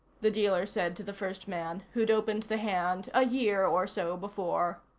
the dealer said to the first man, who'd opened the hand a year or so before.